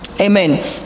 Amen